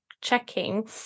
checking